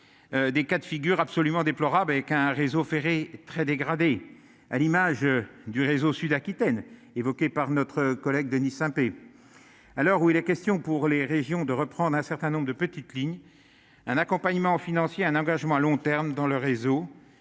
des cas de figure absolument déplorable, avec un réseau ferré très dégradée, à l'image du réseau sud Aquitaine évoquée par notre collègue Denis Saint-Pé à l'heure où il est question, pour les régions de reprendre un certain nombre de petites lignes un accompagnement financier un engagement à long terme dans le réseau